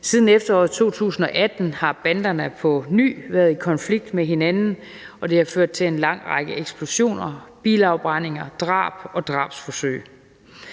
Siden efteråret 2018 har banderne på ny været i konflikt med hinanden, og det har ført til en lang række eksplosioner, bilafbrændinger, drab og drabsforsøg.